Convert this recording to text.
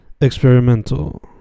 experimental